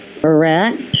Correct